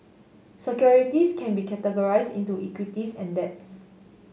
securities can be categorize into equities and debts